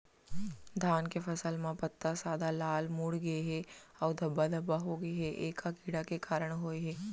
धान के फसल म पत्ता सादा, लाल, मुड़ गे हे अऊ धब्बा धब्बा होगे हे, ए का कीड़ा के कारण होय हे?